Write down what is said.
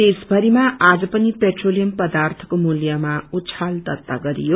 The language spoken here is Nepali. देश भरीमा आज पनि पेट्रोलियम पर्दाथको मूल्यमा उछल दत्ता गरियो